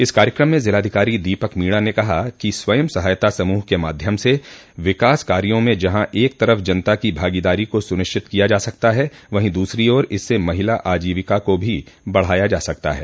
इस कार्यक्रम में जिलाधिकारी दीपक मीणा ने कहा कि स्वयं सहायता समूह के माध्यम से विकास कार्यो में जहां एक तरफ जनता की भागीदारी को सुनिश्चित किया जा सकता है वहीं दूसरी ओर इससे महिला आजीविका को भी बढ़ाया जा सकता है